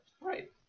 Right